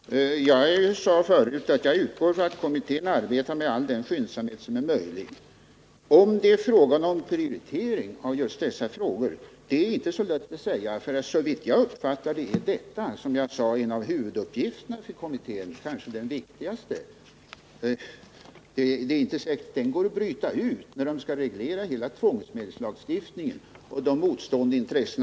Herr talman! Jag sade tidigare att jag utgår från att kommittén arbetar med all den skyndsamhet som är möjlig. Om man kan prioritera just denna fråga är inte så lätt att säga. Såvitt jag har uppfattat det är detta en av huvuduppgifterna för kommittén — kanske den viktigaste. Men det är inte säkert att den går att bryta ut ur kommitténs arbete med hela tvångsmedelslagstiftningen och dess motstående intressen.